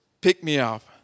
pick-me-up